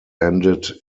ended